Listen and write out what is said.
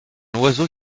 oiseau